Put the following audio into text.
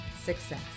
Success